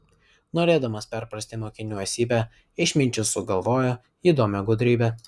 norėdamas perprasti mokinių esybę išminčius sugalvojo įdomią gudrybę